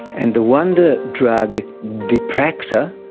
and the wonder drug dypraxa,